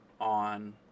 on